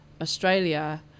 Australia